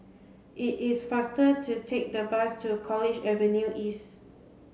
it is faster to take the bus to College Avenue East